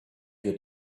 your